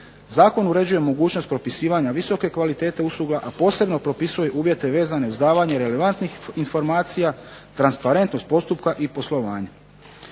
Zakon uređuje mogućnost propisivanje visoke kvalitete usluga, a posebno propisuje uvjete vezane uz davanje relevantnih informacija, transparentnost postupka i poslovanja.